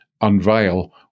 unveil